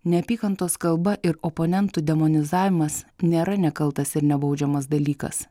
neapykantos kalba ir oponentų demonizavimas nėra nekaltas ir nebaudžiamas dalykas